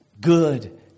good